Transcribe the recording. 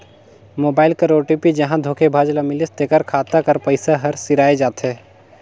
mobile कर OTP जहां धोखेबाज ल मिलिस तेकर खाता कर पइसा हर सिराए जाथे